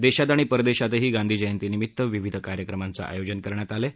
देशात आणि परदेशातही गांधीजयंतीनिमित्त विविध कार्यक्रमांचं आयोजन करण्यात आलं आहे